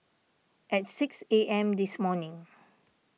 at six A M this morning